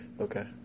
okay